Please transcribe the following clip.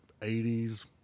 80s